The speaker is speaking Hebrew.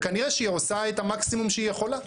כנראה שהיא עושה את המקסימום שהיא יכולה.